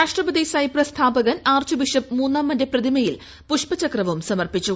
രാഷ്ട്രപതി സൈപ്രസ് സ്ഥാപകൻ archbishop മൂന്നാമന്റെ പ്രതിമയിൽ പുഷ്പചക്രവും സമർപ്പിച്ചു